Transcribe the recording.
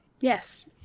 Yes